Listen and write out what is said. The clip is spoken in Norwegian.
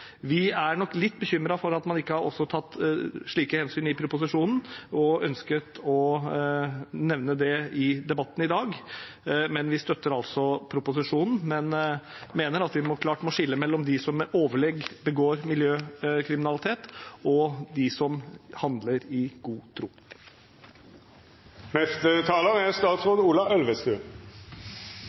Vi er nok litt bekymret for at man ikke også har tatt slike hensyn i proposisjonen, og ønsket å nevne det i debatten i dag. Vi støtter altså proposisjonen, men mener at vi klart må skille mellom dem som med overlegg begår kriminalitet, og dem som handler i god